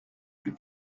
plus